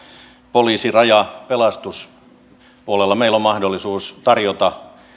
poliisi raja pelastuspuolella meillä on mahdollisuus tarjota